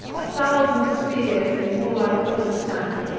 a thousand spears in warlike order stand,